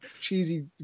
cheesy